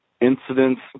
incidents